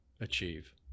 achieve